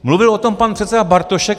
Mluvil o tom pan předseda Bartošek.